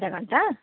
आधा घण्टा